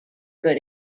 good